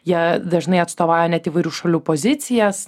jie dažnai atstovauja net įvairių šalių pozicijas